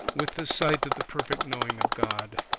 with the sight of the perfect knowing of god.